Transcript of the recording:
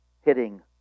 hitting